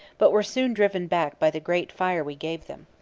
but were soon driven back by the great fire we gave them.